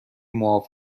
معاف